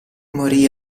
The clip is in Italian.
morì